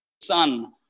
sun